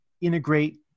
integrate